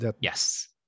Yes